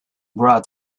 brad